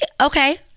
Okay